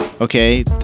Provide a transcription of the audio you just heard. okay